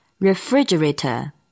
Refrigerator